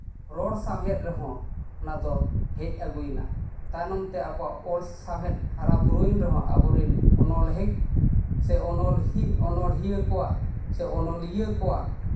ᱨᱚᱲ ᱥᱟᱶᱦᱮᱫ ᱨᱮᱦᱚᱸ ᱚᱱᱟᱫᱚ ᱦᱮᱡ ᱟᱹᱜᱩᱭᱱᱟ ᱛᱟᱭᱱᱚᱢᱛᱮ ᱟᱵᱚᱣᱟᱜ ᱚᱞ ᱥᱟᱶᱦᱮᱫ ᱦᱟᱨᱟ ᱵᱩᱨᱩᱭᱮᱱ ᱨᱮᱦᱚᱸ ᱟᱵᱚ ᱨᱮᱱ ᱚᱱᱚᱲᱦᱮᱡ ᱥᱮ ᱚᱱᱚᱲᱦᱮᱸ ᱚᱱᱚᱲᱦᱤᱭᱟᱹ ᱠᱚᱣᱟᱜ ᱚᱱᱚᱞᱤᱭᱟᱹ ᱠᱚᱣᱟ